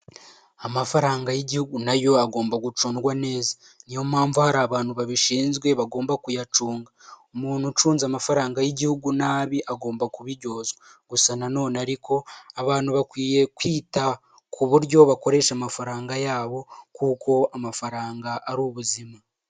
Amafaranga y'igihugu nayo agomba gucungwa neza, niyo mpamvu hari abantu babishinzwe bagomba kuyacunga, umuntu ucunze amafaranga y'igihugu nabi agomba kubiryozwa, gusa na none ariko abantu bakwiye kwita ku buryo bakoresha amafaranga yabo kuko amafaranga ari ubuzima.